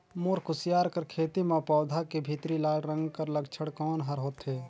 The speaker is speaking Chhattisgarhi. मोर कुसियार कर खेती म पौधा के भीतरी लाल रंग कर लक्षण कौन कर होथे?